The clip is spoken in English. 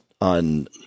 on